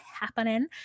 happening